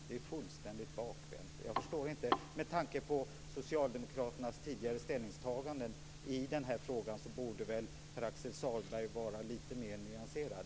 Det är fullständigt bakvänt, och jag förstår det inte. Med tanke på socialdemokraternas tidigare ställningstaganden i den här frågan borde väl Pär Axel Sahlberg vara lite mer nyanserad.